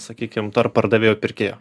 sakykim tarp pardavėjo pirkėjo